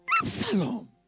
Absalom